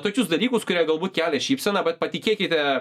tokius dalykus kurie galbūt kelia šypseną bet patikėkite